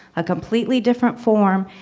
a completely different form,